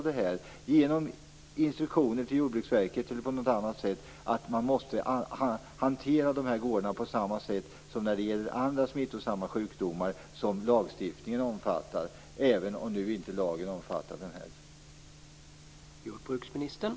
Med hjälp av instruktioner till Jordbruksverket eller på annat sätt skall gårdarna hanteras på samma sätt som vid andra smittosamma sjukdomar som lagstiftningen omfattar - även om lagen inte omfattar denna.